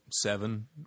Seven